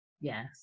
Yes